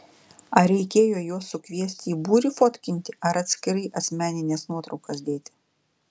ar reikėjo juos sukviesti į būrį fotkinti ar atskirai asmenines nuotraukas dėti